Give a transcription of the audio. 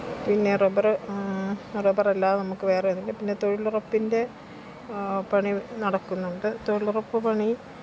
പിന്നെ റബ്ബർ റബറല്ലാതെ നമുക്ക് വേറെയേതെങ്കിലും പിന്നെ തൊഴിലുറപ്പിന്റെ പണി നടക്കുന്നുണ്ട് തൊഴിലുറപ്പ് പണി